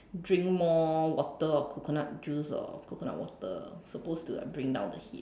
drink more water or coconut juice or coconut water supposed to like bring down the heat